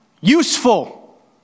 useful